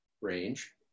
range